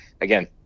again